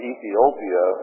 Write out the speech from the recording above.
Ethiopia